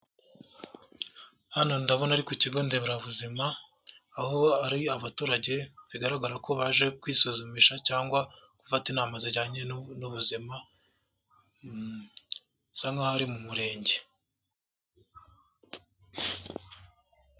Hano ndabona ari kukigonderabuzima aho ari abaturage bigaragara ko baje kwisuzumisha cyangwa gufata inama zijyanye n'ubuzima bisa nk'aho ari mu murenge.